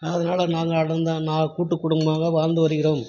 அதனால நாங்கள் அண்ண த நாங்கள் கூட்டு குடும்பமாக வாழ்ந்து வருகிறோம்